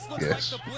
Yes